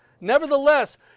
nevertheless